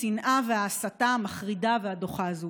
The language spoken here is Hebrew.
השנאה וההסתה המחרידה והדוחה הזאת.